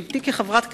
בשבתי כחברת הכנסת,